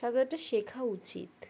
সাঁতারটা শেখা উচিত